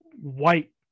white